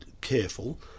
careful